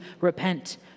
repent